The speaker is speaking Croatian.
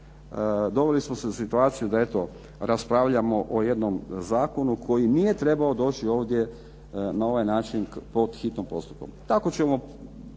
doveli smo se u situaciju da eto raspravljamo o jednom zakonu koji nije trebao doći ovdje na ovaj način po hitnom postupku.